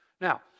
Now